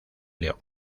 león